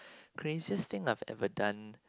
craziest thing I've ever done